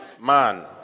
man